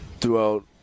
throughout